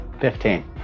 Fifteen